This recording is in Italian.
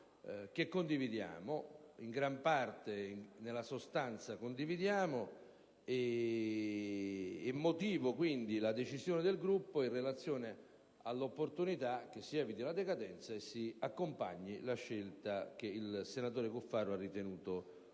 che condividiamo in gran parte, nella sostanza. La decisione del Gruppo è in relazione all'opportunità che si eviti la decadenza e si accompagni la scelta che il senatore Cuffaro ha ritenuto di fare.